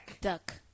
Duck